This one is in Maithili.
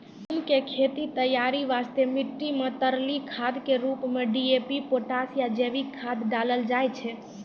गहूम के खेत तैयारी वास्ते मिट्टी मे तरली खाद के रूप मे डी.ए.पी पोटास या जैविक खाद डालल जाय छै